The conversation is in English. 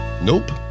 Nope